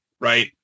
right